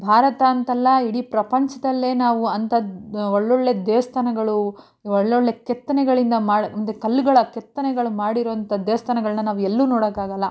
ಭಾರತ ಅಂತಲ್ಲ ಇಡೀ ಪ್ರಪಂಚದಲ್ಲೇ ನಾವು ಅಂಥದ್ದು ಒಳ್ಳೊಳ್ಳೆ ದೇವಸ್ಥಾನಗಳು ಒಳ್ಳೊಳ್ಳೆ ಕೆತ್ತನೆಗಳಿಂದ ಮಾಡಿ ಒಂದು ಕಲ್ಲುಗಳ ಕೆತ್ತನೆಗಳು ಮಾಡಿರೋಂಥ ದೇವಸ್ಥಾನಗಳನ್ನ ನಾವು ಎಲ್ಲೂ ನೋಡೋಕ್ಕಾಗೋಲ್ಲ